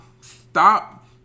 Stop